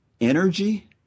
energy